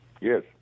Yes